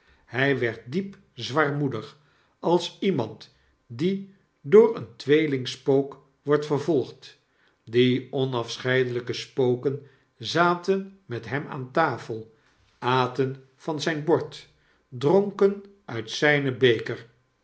hy werd diep zwaarmoedig als iemand die door een tweelingspook wordt vervolgd die onafscheidelyke spoken zaten met hem aan tafel aten van zyn bord dronken uit zijn beker